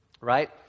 Right